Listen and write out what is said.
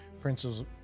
principles